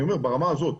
אני אומר ברמה הזאת,